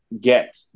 get